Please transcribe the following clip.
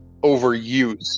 overuse